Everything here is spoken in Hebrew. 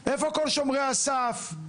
איפה כל שומרי הסף?